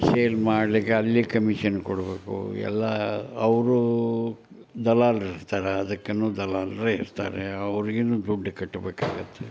shale ಮಾಡಲಿಕ್ಕೆ ಅಲ್ಲಿ commission ಕೊಡಬೇಕು ಎಲ್ಲ ಅವರು ದಲ್ಲಾಳ್ರಿರ್ತಾರೆ ಅದಕ್ಕೆ ದಲ್ಲಾಳರೇ ಇರ್ತಾರೆ ಅವ್ರ್ಗೆ ದುಡ್ಡು ಕಟ್ಟಬೇಕಾಗುತ್ತೆ